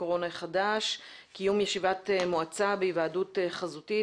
הקורונה החדש) (קיום ישיבת מועצה בהיוועדות חזותית),